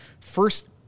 First